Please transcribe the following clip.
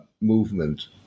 movement